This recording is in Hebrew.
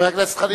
חבר הכנסת חנין,